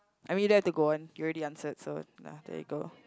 I mean don't have to go on you already answered so nah there you go